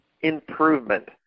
improvement